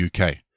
uk